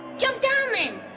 jump down then.